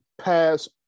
pass